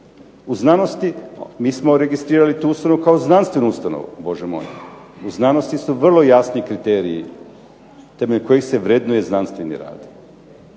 U znanosti mi smo registrirali tu ustanovu kao znanstvenu ustanovu. U znanosti su vrlo jasni kriteriji temeljem kojih se vrednuje znanstveni rad.